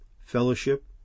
fellowship